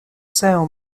sail